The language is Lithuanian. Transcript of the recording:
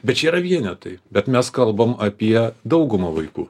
bet čia yra vienetai bet mes kalbam apie daugumą vaikų